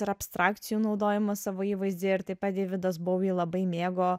ir abstrakcijų naudojimas savo įvaizdį ar taip pat deividas buvo labai mėgo